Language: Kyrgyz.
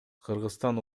кыргызстан